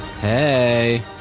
Hey